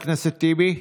חבר הכנסת טיבי,